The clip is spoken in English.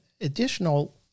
additional